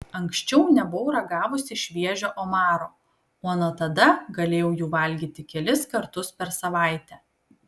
anksčiau nebuvau ragavusi šviežio omaro o nuo tada galėjau jų valgyti kelis kartus per savaitę